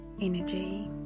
energy